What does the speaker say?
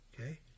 Okay